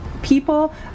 people